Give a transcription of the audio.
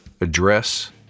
address